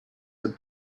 had